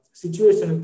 situation